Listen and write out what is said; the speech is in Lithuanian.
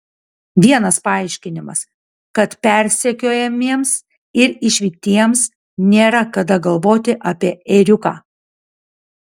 vienas paaiškinimas kad persekiojamiems ir išvytiems nėra kada galvoti apie ėriuką